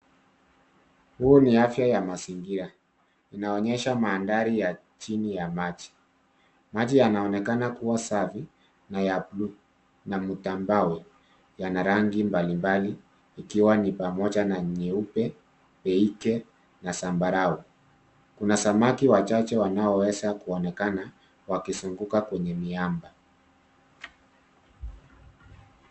Huu ni afya ya mazingira. Inaonyesha mandhari ya chini ya maji. Maji yanaonekana kuwa safi na ya bluu na matumbawe yana rangi mbali mbali ikiwa ni pamoja na nyeupe, peike na zambarau. Kuna samaki wachache wanaoweza kuonekana wakizunguka kwenye miamba.